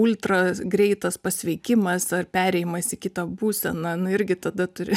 ultra greitas pasveikimas ar perėjimas į kitą būseną nu irgi tada turi